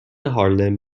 هارلِم